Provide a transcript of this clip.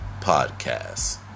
podcast